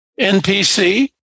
NPC